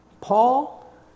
Paul